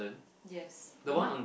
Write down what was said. yes the one on